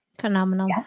Phenomenal